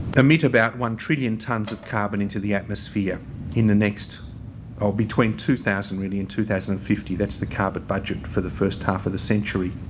emit about one trillion tons of carbon into the atmosphere in the next or between two thousand really and two thousand and fifty. that's the carbon budget for the first half of the century.